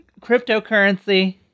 Cryptocurrency